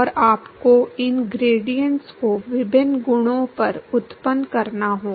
और आपको इन ग्रेडिएंट्स को विभिन्न गुणों पर उत्पन्न करना होगा